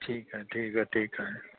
ठीकु आहे ठीकु आहे ठीकु आहे